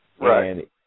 Right